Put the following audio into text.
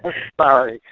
sorry.